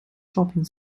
shopping